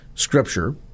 Scripture